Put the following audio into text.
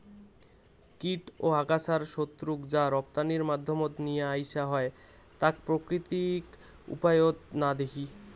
কীট ও আগাছার শত্রুক যা রপ্তানির মাধ্যমত নিয়া আইসা হয় তাক প্রাকৃতিক উপায়ত না দেখি